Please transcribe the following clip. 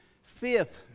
Fifth